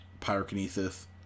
Pyrokinesis